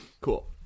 Cool